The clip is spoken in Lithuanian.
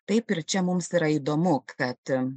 taip ir čia mums yra įdomu kad